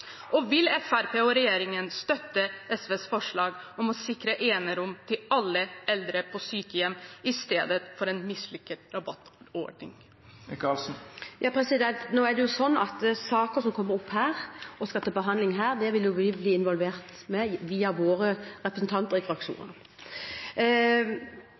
Og vil Fremskrittspartiet og regjeringen støtte SVs forslag om å sikre enerom til alle eldre på sykehjem i stedet for en mislykket rabattordning? Nå er det jo sånn at saker som kommer opp her, og skal til behandling her, vil vi bli involvert i via våre representanter i